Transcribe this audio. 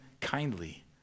kindly